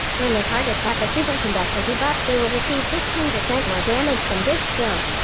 when the targets have the superconductor debuff, they will receive fifteen percent more damage from this skill.